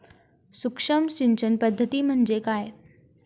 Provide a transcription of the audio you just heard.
सूक्ष्म सिंचन पद्धती म्हणजे काय?